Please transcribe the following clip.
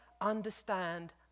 understand